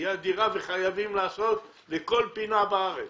היא אדירה וחייבים לעשות לכל פינה בארץ,